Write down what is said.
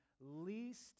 least